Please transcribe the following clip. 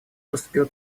поступил